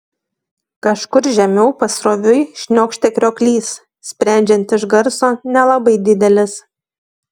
kažkur žemiau pasroviui šniokštė krioklys sprendžiant iš garso nelabai didelis